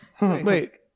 Wait